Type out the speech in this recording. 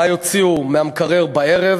מה יוציאו מהמקרר בערב,